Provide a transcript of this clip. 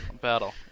Battle